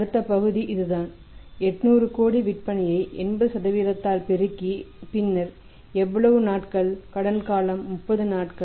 அடுத்த பகுதி இதுதான் 800 கோடி விற்பனையை 80 ஆல் பெருக்கி பின்னர் எவ்வளவு நாட்கள் கடன் காலம் 30 நாட்கள்